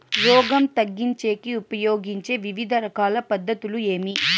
రోగం తగ్గించేకి ఉపయోగించే వివిధ రకాల పద్ధతులు ఏమి?